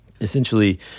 essentially